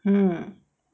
mm